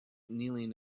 kneeling